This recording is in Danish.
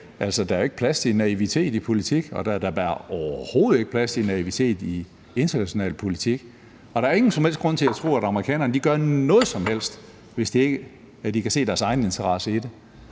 der altså ikke er plads til naivitet i politik, og der er da overhovedet ikke plads til naivitet i international politik, og der er ingen som helst grund til at tro, at amerikanerne gør noget som helst, hvis ikke de kan se en egeninteresse i det.